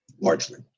largely